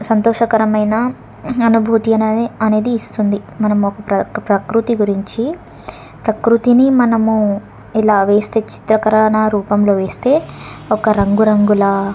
సంతోషకరమైన అనుభూతి అనేది అనేది ఇస్తుంది మనం ఒక ప్ర ప్రకృతి గురించి ప్రకృతిని మనము ఇలా వేస్తే చిత్రీకరణ రూపంలో వేస్తే ఒక రంగురంగుల